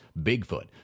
Bigfoot